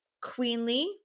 queenly